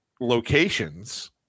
locations